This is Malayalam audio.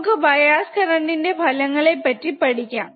നമുക്ക് ബയാസ് കറന്റ് ന്റെ ഫലങ്ങളെ പറ്റി പഠിക്കാം